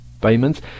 payments